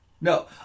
No